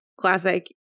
Classic